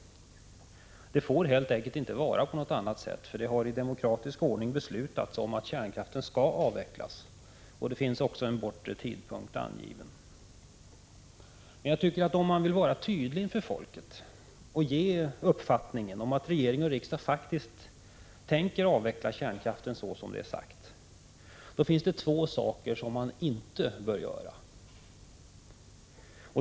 Det får helt enkelt inte vara på något annat sätt, för Prot. 1985/86:124 det har i demokratisk ordning beslutats att kärnkraften skall avvecklas, och 23 april 1986 det finns också en bortre tidpunkt angiven. Jag tycker emellertid att om man vill vara tydlig inför folket och ge uttryck åt uppfattningen att regering och riksdag faktiskt tänker avveckla kärnkraften så som det är sagt, finns det två saker som man inte bör göra.